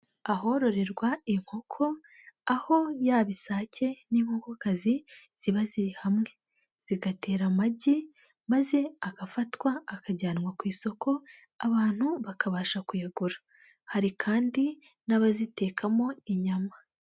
Ahororerwa inkoko aho yaba isake n'inkokokazi ziba ziri hamwe, zigatera amagi maze agafatwa akajyanwa ku isoko abantu bakabasha kuyagura, hari kandi n'abazitekamo inyama.